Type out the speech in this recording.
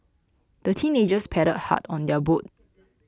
the teenagers paddled hard on their boat